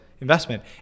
investment